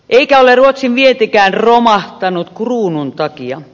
eikä ole ruotsin vientikään romahtanut kruunun takia